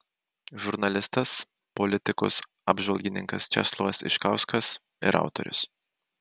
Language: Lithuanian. žurnalistas politikos apžvalgininkas česlovas iškauskas ir autorius